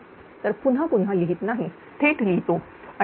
तर पुन्हा पुन्हा लिहित नाही थेट लिहितो P2Q2